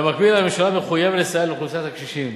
במקביל, הממשלה מחויבת לסייע לאוכלוסיית הקשישים.